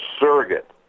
surrogate